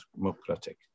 democratic